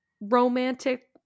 romantic